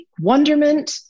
wonderment